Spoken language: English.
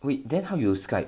wait then how you skype